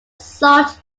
salt